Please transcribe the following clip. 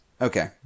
Okay